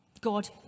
God